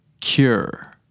cure